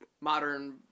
modern